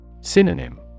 Synonym